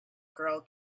girl